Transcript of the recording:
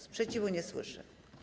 Sprzeciwu nie słyszę.